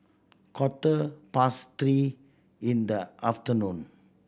quarter past three in the afternoon